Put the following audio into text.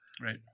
Right